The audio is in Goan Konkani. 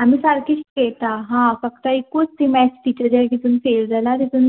आमी सारकी शिकयता हां फक्त एकूच ती मेत्स टिचर काय कितें फेल जाला तितून